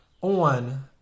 on